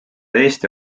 eesti